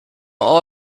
all